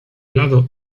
lado